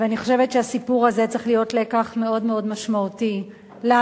ואני חושבת שהסיפור הזה צריך להיות לקח מאוד מאוד משמעותי לנו,